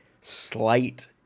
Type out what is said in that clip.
slight